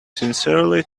sincerely